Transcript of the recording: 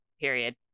period